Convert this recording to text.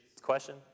question